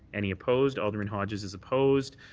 any opposed. alderman hodges is opposed.